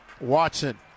Watson